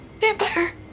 Vampire